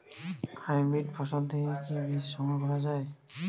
Hybrid ফসল থেকে কি বীজ সংগ্রহ করা য়ায়?